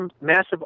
massive